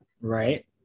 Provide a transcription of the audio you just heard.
Right